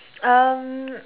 um